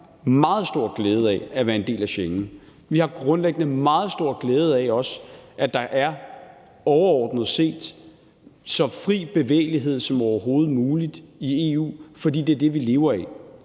Danmark meget stor glæde af at være en del af Schengen. Vi har grundlæggende også meget stor glæde af, at der overordnet set er så fri bevægelighed som overhovedet muligt i EU, fordi det er det, vi lever af.